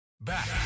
Back